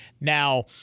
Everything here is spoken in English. Now